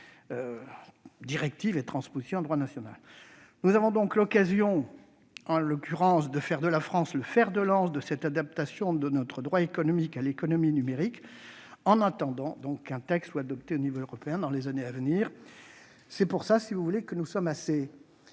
directive transposée. Nous avons donc l'occasion de faire de la France le fer de lance de cette adaptation de notre droit économique à l'économie numérique, en attendant qu'un texte soit adopté au niveau européen dans les années à venir. C'est pourquoi nous nous sommes assez